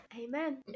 Amen